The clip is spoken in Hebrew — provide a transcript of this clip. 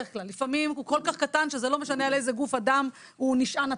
לפעמים הוא כל-כך קטן שזה לא משנה על איזה גוף אדם הפג נשען.